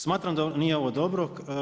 Smatram da nije ovo dobro.